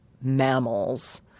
mammals